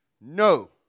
No